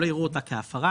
שלא יראו אותה כהפרה,